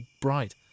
bright